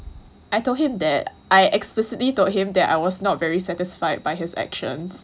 I told him that I explicitly told him that I was not very satisfied by his actions